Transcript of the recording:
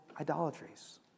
idolatries